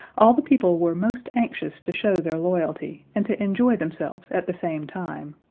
all the people were most anxious to show their loyalty, and to enjoy themselves at the same time.